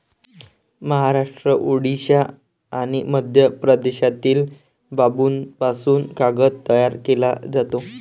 महाराष्ट्र, ओडिशा आणि मध्य प्रदेशातील बांबूपासून कागद तयार केला जातो